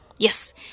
Yes